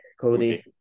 Cody